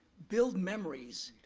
build memories,